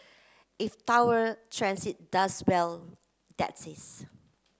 if Tower Transit does well that's is